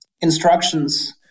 instructions